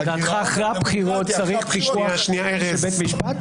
לדעתך אחרי הבחירות צריך פיקוח של בית משפט?